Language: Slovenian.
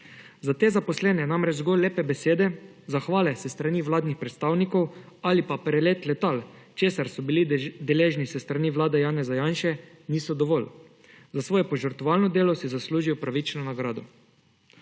Za te zaposlene namreč zgolj lepe besede, zahvale s strani vladnih predstavnikov ali pa prelet letal, česar so bili deležni s strani vlade Janeza Janše, niso dovolj. Za svoje požrtvovalno delo si zaslužijo pravično nagrado.